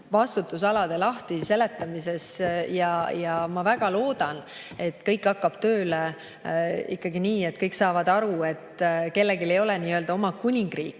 vastutusalade lahtiseletuses. Ma väga loodan, et see hakkab tööle ikkagi nii, et kõik saavad aru, et kellelgi ei ole nii-öelda oma kuningriiki,